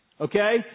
okay